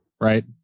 Right